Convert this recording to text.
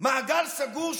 מעגל סגור,